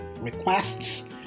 requests